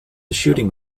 shooting